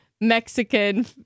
Mexican